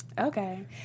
Okay